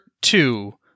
two